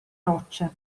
rocce